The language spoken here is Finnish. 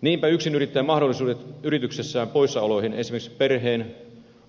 niinpä yksinyrittäjän mahdollisuudet yrityksessään poissaoloihin esimerkiksi perheen